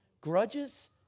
Grudges